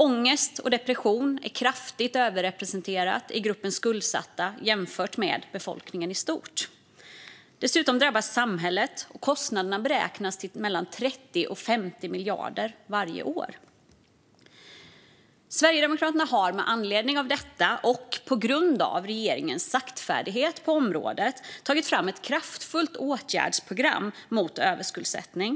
Ångest och depression är kraftigt överrepresenterat i gruppen skuldsatta jämfört med befolkningen i stort. Dessutom drabbas samhället, och kostnaderna beräknas till mellan 30 och 50 miljarder varje år. Sverigedemokraterna har med anledning av detta, och på grund av regeringens saktfärdighet på området, tagit fram ett kraftfullt åtgärdsprogram mot överskuldsättning.